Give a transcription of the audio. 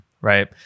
right